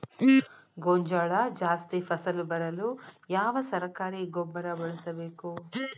ಗೋಂಜಾಳ ಜಾಸ್ತಿ ಫಸಲು ಬರಲು ಯಾವ ಸರಕಾರಿ ಗೊಬ್ಬರ ಬಳಸಬೇಕು?